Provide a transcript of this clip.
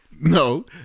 no